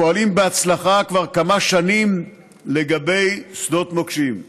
הפועלים בהצלחה כבר כמה שנים לגבי שדות מוקשים.